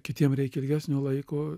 kitiems reikia ilgesnio laiko